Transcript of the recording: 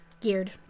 Geared